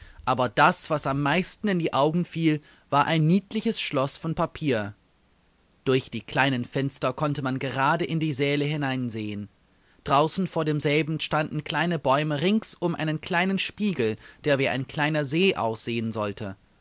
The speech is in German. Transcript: aber das was am meisten in die augen fiel war ein niedliches schloß von papier durch die kleinen fenster konnte man gerade in die säle hineinsehen draußen vor demselben standen kleine bäume rings um einen kleinen spiegel der wie ein kleiner see aussehen sollte